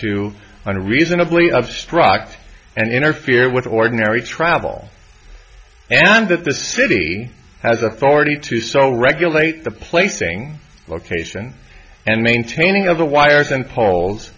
to unreasonably obstruct and interfere with ordinary travel and that the city has authority to so regulate the placing location and maintaining of the wires and polls